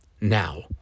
now